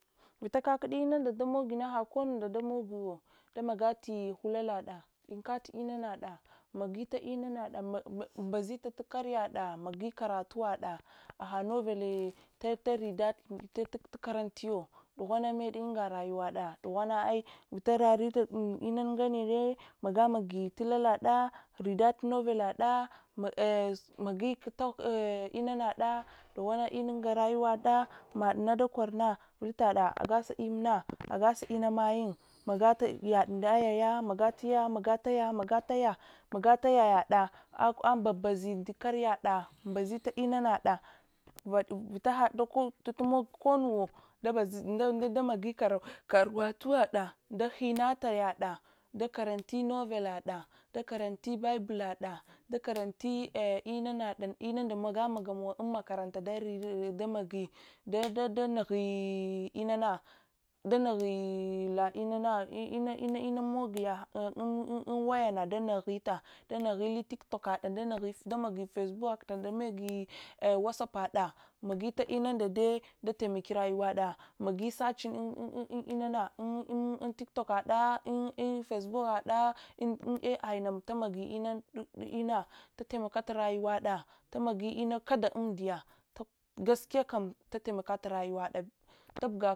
Vitakakudi inunda damogi na hakanna nda damogiwa damagati hulalada ɗinkati inanaɗa, magita inanaɗa mba zita tukarya hadda magai karatuwaɗa aha noele tukarantiyo dughu anamiyo unga rayuwaɗa dughwani vita raritai inana ngannere vita maga magaitu lailada ridatunwelada magitu inanada inunɗa aughuwanga unga rayuwaɗa madna dakoina vilita da ungasa immune ungasa imm mayun magatab yaɗ nɗaya yamgataya magataya yaɗɗa ambambazi karyaɗɗe mbazunyi tu inanada, vita hai mog kannuwuwa nagudamogmi karatuwada ndaghina tayaɗa ndakaranti novellaɗa dakaranti bible la da ndakaranti inunda magamagayun makarantaɗa damogi, danughe inana inamogiya unwayana danoghita danugh la viktokada damogi facebook damogi wasop pada magitinunda dai damagit turayuwada, magi searching un inana in tiktokada in face ook kada in-ai na inade taimakat turayuwaɗa magitina kada amdiya gaskiyakam dataimakat-turayuwada tubga